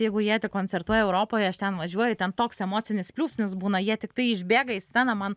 jeigu jie koncertuoja europoje aš ten važiuoju ten toks emocinis pliūpsnis būna jie tiktai išbėga į sceną man